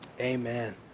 Amen